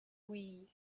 wii